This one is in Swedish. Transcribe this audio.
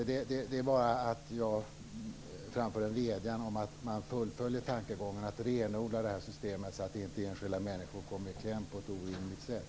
Jag vill bara framföra en vädjan om att man fullföljer tankegångarna att renodla systemet så att inte enskilda människor kommer i kläm på ett orimligt sätt.